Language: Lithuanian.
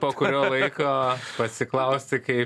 po kurio laiko pasiklausti kai